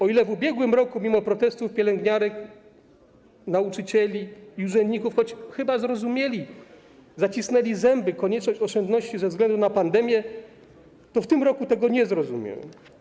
O ile w ubiegłym roku mimo protestów pielęgniarki, nauczyciele i urzędnicy chyba zrozumieli, choć zacisnęli zęby, konieczność oszczędności ze względu na pandemię, to w tym roku tego nie zrozumieją.